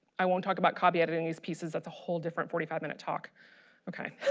i won't talk about copy editing these pieces at the whole different forty five minute talk okay.